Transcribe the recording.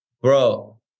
Bro